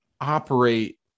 operate